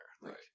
Right